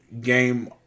game